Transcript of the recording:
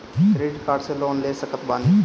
Credit card से loan ले सकत बानी?